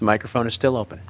microphone is still open